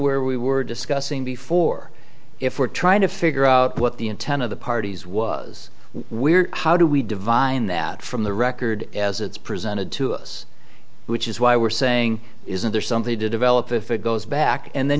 where we were discussing before if we're trying to figure out what the intent of the parties was we're how do we divine that from the record as it's presented to us which is why we're saying isn't there something to develop if it goes back and then